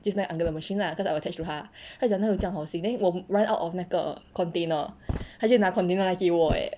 就是那个 uncle the machine lah cause I was attached to 他他就讲他有这样好心 then 我 run out of 那个 container 他就拿 container 拿给我 eh